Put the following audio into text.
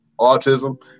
autism